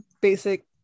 basic